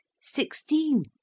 sixteen